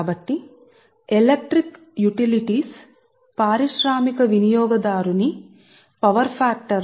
కాబట్టి విద్యుత్ వినియోగాలు పారిశ్రామిక వినియోగదారుని ముఖ్యంగా పారిశ్రామిక వినియోగదారులకు పవర్ ఫాక్టర్న్ని 0